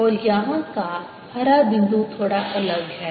और यहाँ का हरा बिंदु थोड़ा अलग था